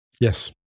Yes